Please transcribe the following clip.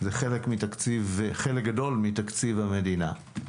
זה חלק גדול מתקציב המדינה.